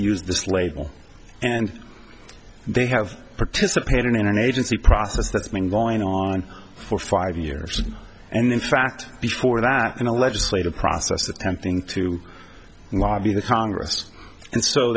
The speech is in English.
use this label and they have participated in an agency process that's been going on for five years and in fact before that in a legislative process attempting to lobby the congress and so